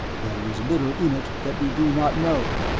there is little in it that we do not know.